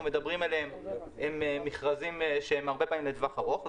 מדברים עליהם הם מכרזים שהם הרבה פעמים לטווח ארוך.